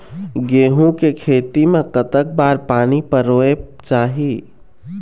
गेहूं के खेती मा कतक बार पानी परोए चाही?